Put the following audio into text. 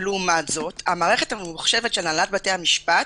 לעומת זאת, המערכת הממוחשבת של הנהלת בתי המשפט